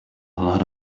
lot